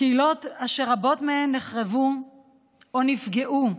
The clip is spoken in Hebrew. קהילות אשר רבות מהן נחרבו או נפגעו,